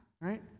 right